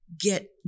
get